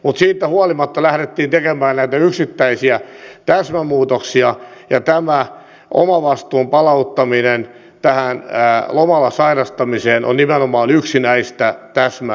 mutta siitä huolimatta lähdettiin tekemään näitä yksittäisiä täsmämuutoksia ja tämä omavastuun palauttaminen tähän lomalla sairastamiseen on nimenomaan yksi näistä täsmämuutoksista